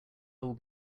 will